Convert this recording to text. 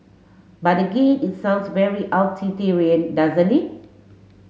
but again it sounds very utilitarian doesn't it